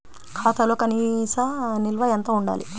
ఖాతాలో కనీస నిల్వ ఎంత ఉండాలి?